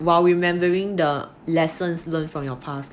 while remembering the lessons learned from your past